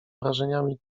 wrażeniami